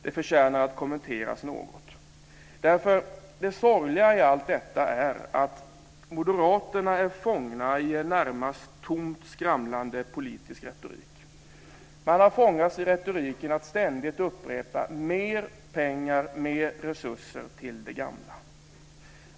Det förtjänar att kommenteras något. Det sorgliga i allt detta är att moderaterna är fångade i en närmast tomt skramlande politisk retorik. Man har fångats i retoriken att ständigt upprepa: Mer pengar, mer resurser till det gamla!